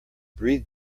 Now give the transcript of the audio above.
breathe